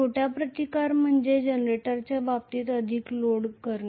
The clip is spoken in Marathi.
छोट्या रेझिस्टन्स म्हणजे जनरेटरच्या बाबतीत अधिक लोड करणे